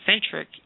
centric